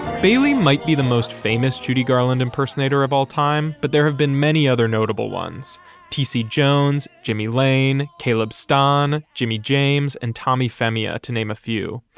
bailey might be the most famous judy garland impersonator of all time, but there have been many other notable ones t c. jones, jimmy lane, caleb starn, jimmy james and tommy femia to name a few.